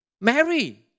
Mary